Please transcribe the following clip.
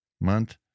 Month